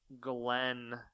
Glenn